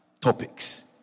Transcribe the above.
topics